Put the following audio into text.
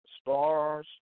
stars